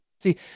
See